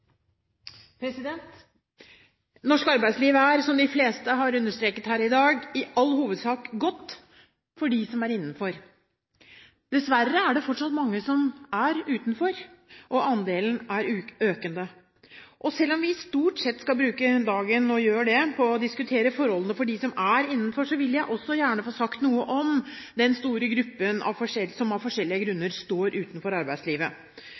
Norsk arbeidsliv er, som de fleste har understreket her i dag, i all hovedsak godt – for dem som er innenfor. Dessverre er det fortsatt mange som er utenfor. Og andelen er økende. Selv om vi stort sett skal bruke dagen – og gjør det – på å diskutere forholdene for dem som er innenfor, vil jeg også gjerne få sagt noe om den store gruppen som av forskjellige grunner står utenfor arbeidslivet.